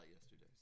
yesterday